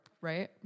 right